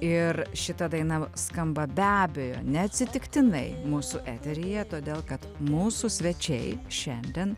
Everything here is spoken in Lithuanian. ir šita daina skamba be abejo neatsitiktinai mūsų eteryje todėl kad mūsų svečiai šiandien